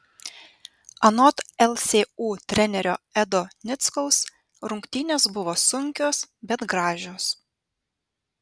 anot lsu trenerio edo nickaus rungtynės buvo sunkios bet gražios